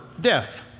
death